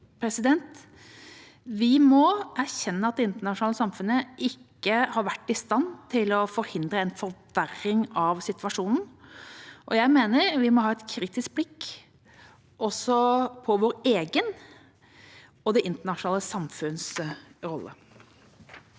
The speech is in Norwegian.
Vi må erkjenne at det internasjonale samfunnet ikke har vært i stand til å forhindre en forverring av situasjonen. Jeg mener vi også må ha et kritisk blikk på vår egen og det internasjonale samfunns rolle.